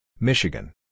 Michigan